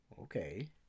okay